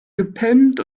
gepennt